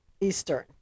Eastern